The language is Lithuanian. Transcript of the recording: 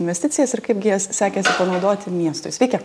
investicijas ir kaipgi jas sekėsi panaudoti miestui sveiki